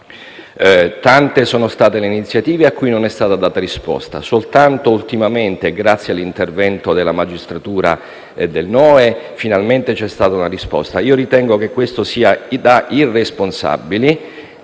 Tante sono state le iniziative a cui non è stata data risposta. Soltanto ultimamente, grazie all'intervento della magistratura e del NOE, è stata data una risposta. Ritengo che questo comportamento sia da irresponsabili;